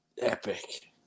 Epic